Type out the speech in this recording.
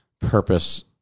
purpose